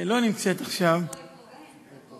שלא נמצאת עכשיו, היא פה.